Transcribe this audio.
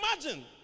imagine